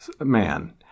man